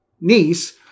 niece